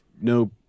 no